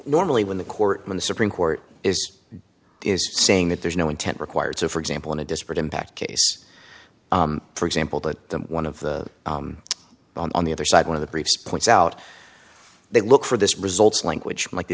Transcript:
normally when the court when the supreme court is saying that there's no intent required so for example in a disparate impact case for example that one of the on the other side one of the briefs points out they look for this results language like th